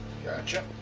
Gotcha